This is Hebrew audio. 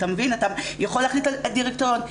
אתה יכול להחליט על דירקטוריון.